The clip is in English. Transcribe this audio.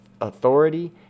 authority